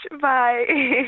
bye